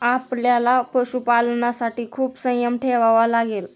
आपल्याला पशुपालनासाठी खूप संयम ठेवावा लागेल